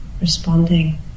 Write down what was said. responding